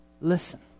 Listen